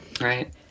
right